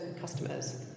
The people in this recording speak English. customers